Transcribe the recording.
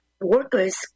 workers